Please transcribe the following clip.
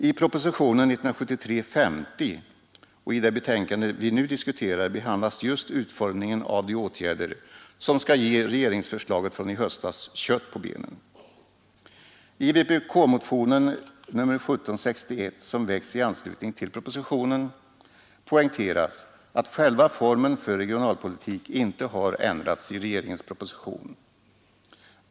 I propositionen 50 år 1973 och i det betänkande vi nu diskuterar behandlas just utformningen av de åtgärder som skall ge regeringsförslaget från i höstas kött på benen. I vpk-motionen nr 1761, som väckts i anslutning till propositionen, poängteras att själva formen för regionalpolitik inte har ändrats i regeringens proposition.